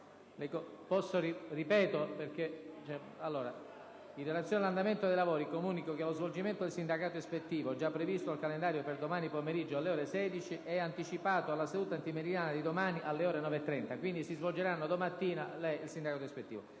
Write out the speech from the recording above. In relazione all'andamento dei lavori, comunico che lo svolgimento del sindacato ispettivo, già previsto dal calendario per domani pomeriggio alle ore 16, è anticipato alla seduta antimeridiana di domani, alle ore 9,30. Le Commissioni potranno convocarsi